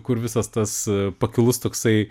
kur visas tas pakilus toksai